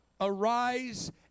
Arise